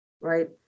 right